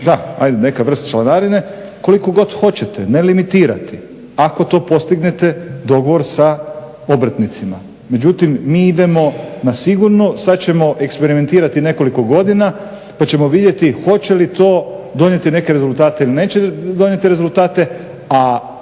da, neka vrsta članarine, koliko god hoćete, ne limitirati, ako postignete dogovor sa obrtnicima, međutim mi idemo na sigurno, sad ćemo eksperimentirati nekoliko godina pa ćemo vidjeti hoće li to donijeti neke rezultate ili neće donijeti rezultate, a